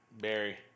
Barry